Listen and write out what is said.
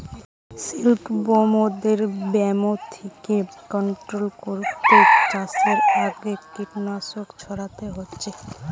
সিল্কবরমদের ব্যামো থিকে কন্ট্রোল কোরতে চাষের আগে কীটনাশক ছোড়াতে হচ্ছে